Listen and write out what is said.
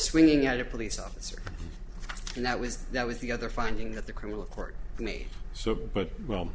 swinging at a police officer and that was that was the other finding that the criminal court made so but well